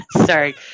Sorry